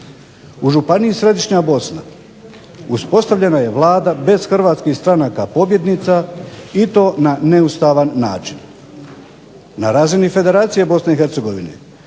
U Županiji središnja Bosna uspostavljena je Vlada bez hrvatskih stranaka pobjednica i to na neustavan način. Na razini Federacije BiH također